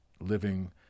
living